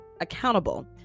accountable